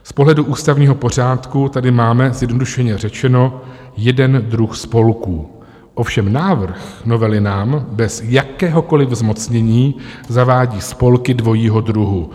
Z pohledu ústavního pořádku tady máme, zjednodušeně řečeno, jeden druh spolků, ovšem návrh novely nám bez jakéhokoliv zmocnění zavádí spolky dvojího druhu.